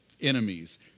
enemies